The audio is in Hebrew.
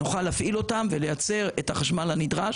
נוכל להפעיל אותן וליצר את החשמל הנדרש